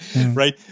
Right